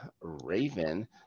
raven